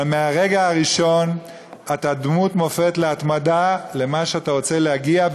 אבל מהרגע הראשון אתה דמות מופת להתמדה במה שאתה רוצה להגיע,